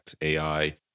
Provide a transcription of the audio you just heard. AI